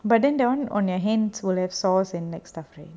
but then that one on their hands will have sores and like stuff right